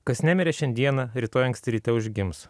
kas nemirė šiandieną rytoj anksti ryte užgims